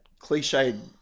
cliched